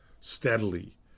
steadily